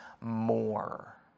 more